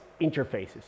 interfaces